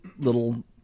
little